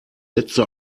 letzte